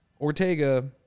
Ortega